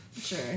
sure